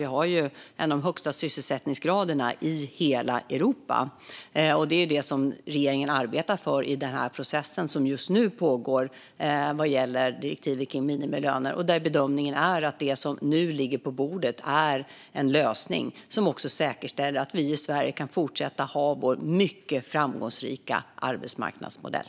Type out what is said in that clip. Vi har ju en av de högsta sysselsättningsgraderna i hela Europa. Det är det som regeringen arbetar för i den process som just nu pågår vad gäller direktiven om minimilöner. Bedömningen är att det som nu ligger på bordet är en lösning som också säkerställer att vi i Sverige kan fortsätta ha vår mycket framgångsrika arbetsmarknadsmodell.